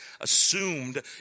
assumed